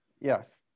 Yes